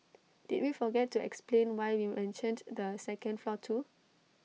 did we forget to explain why we mentioned the second floor too